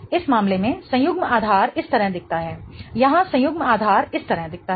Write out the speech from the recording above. इस मामले में संयुग्म आधार इस तरह दिखता है यहाँ संयुग्म आधार इस तरह दिखता है